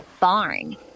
barn